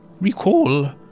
recall